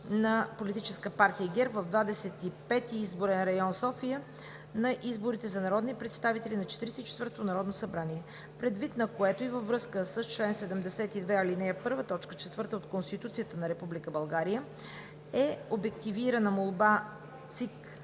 на Политическа партия ГЕРБ в Двадесет и пети изборен район – София, на изборите за народни представители на 44-ото народно събрание, предвид на което и във връзка с чл. 72, ал. 1, т. 4 от Конституцията на Република България е обективирана молба ЦИК